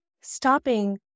stopping